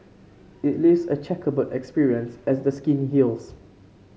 it leaves a chequerboard appearance as the skin heals